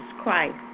Christ